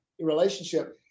relationship